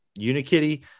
Unikitty